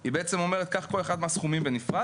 היא בעצם אומרת לקחת את כל אחד מהסכומים בנפרד